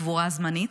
קבורה זמנית.